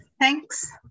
Thanks